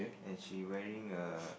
then she wearing a